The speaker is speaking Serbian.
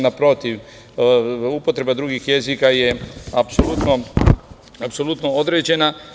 Naprotiv upotreba drugih jezika je apsolutno određena.